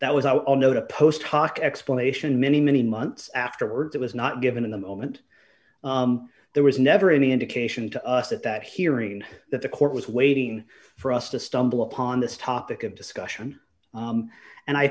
that was i'll note a post hoc explanation many many months afterwards it was not given in the moment there was never any indication to us at that hearing that the court was waiting for us to stumble upon this topic of discussion and i